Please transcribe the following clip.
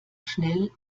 schnell